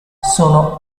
sono